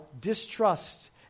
distrust